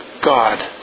God